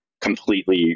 completely